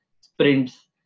sprints